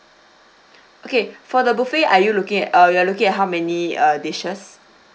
okay for the buffet are you looking at uh you are looking at how many uh dishes